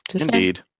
Indeed